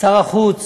שר החוץ